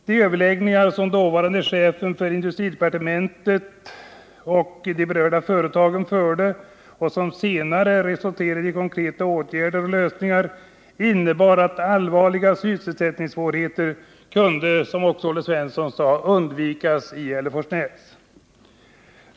De överläggningar som dåvarande chefen för industridepartementet och de berörda företagen förde och som senare resulterade i konkreta åtgärder och lösningar innebar att allvarliga sysselsättningssvårigheter kunde, som Olle Svensson också sade, undvikas i Hälleforsnäs.